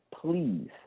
please